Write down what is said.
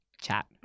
chat